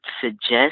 suggest